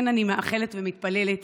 כן, אני מאחלת ומתפללת